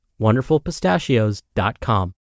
WonderfulPistachios.com